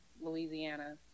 Louisiana